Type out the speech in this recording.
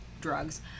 drugs